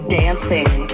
dancing